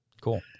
Cool